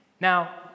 Now